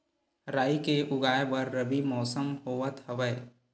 राई के उगाए बर रबी मौसम होवत हवय?